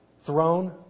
throne